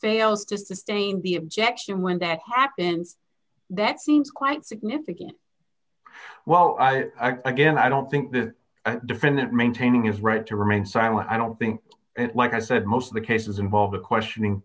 fails to sustain the objection when that happens that seems quite significant well again i don't think the defendant maintaining his right to remain silent i don't think and like i said most of the cases involve the questioning